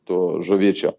tų žuvyčių